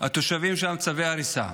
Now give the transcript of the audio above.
תושבים קיבלו צווי הריסה.